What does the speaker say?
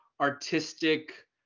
artistic